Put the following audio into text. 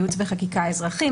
ייעוץ וחקיקה אזרחי,